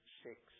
six